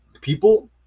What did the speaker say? people